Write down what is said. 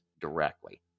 directly